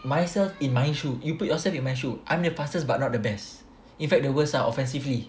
myself in my shoe you put yourself in my shoe I'm the fastest but I'm not the best in fact the worst ah offensively